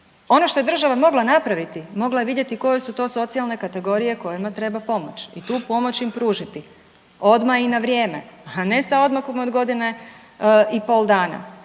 Ono što je država mogla napraviti, mogla je vidjeti koje su to socijalne kategorije kojima treba pomoći i tu pomoć im pružiti odmah i na vrijeme, a ne sa odmakom od godine i pol dna.